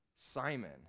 Simon